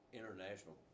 international